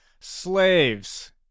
Slaves